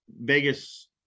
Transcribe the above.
Vegas